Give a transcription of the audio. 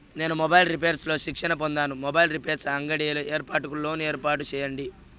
నేను mobiles repairs లో శిక్షణ పొందాను, మొబైల్ రిపైర్స్ అంగడి ఏర్పాటుకు లోను ఏర్పాటు సేయండి?